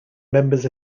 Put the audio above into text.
members